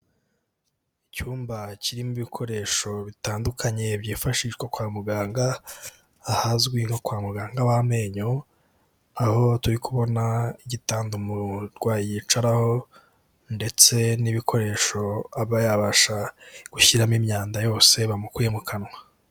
Icyumba kirimo ibikoresho bitandukanye byifashishwa kwa muganga, ahazwi nko kwa muganga w'amenyo, aho turi kubona igitanda umurwayi yicaraho ndetse n'ibikoresho aba yabasha gushyiramo imyanda yose bamukuye mu kanwa.